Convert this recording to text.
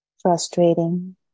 frustrating